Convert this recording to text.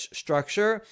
structure